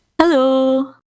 Hello